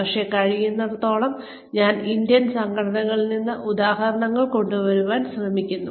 പക്ഷേ കഴിയുന്നിടത്തോളം ഞാൻ ഇന്ത്യൻ സംഘടനകളിൽ നിന്ന് ഉദാഹരണങ്ങൾ കൊണ്ടുവരാൻ ശ്രമിക്കുന്നു